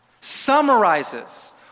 summarizes